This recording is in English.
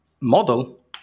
model